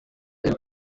ari